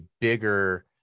bigger